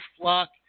flock